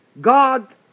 God